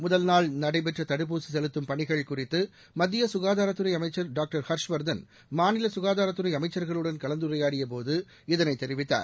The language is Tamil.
முதல்நாள் நடைபெற்ற தடுப்பூசி செலுத்தம் பணிகள் குறித்து மத்திய சுகாதாரத்துறை அமைச்சர் டாக்டர் ஹர்ஷ்வர்தன் மாநில சுகாதாரத்துறை அமைச்சர்களுடன் கலந்துரையாடியபோது இதனைத் தெரிவித்தார்